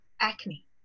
acne